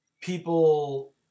people